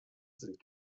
sind